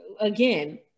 again